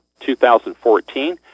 2014